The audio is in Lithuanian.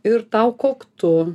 ir tau koktu